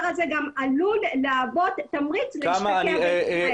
הזה גם עלול להוות תמריץ להשתקע כאן.